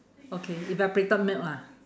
okay evaporated milk lah